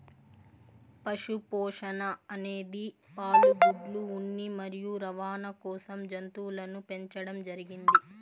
పశు పోషణ అనేది పాలు, గుడ్లు, ఉన్ని మరియు రవాణ కోసం జంతువులను పెంచండం జరిగింది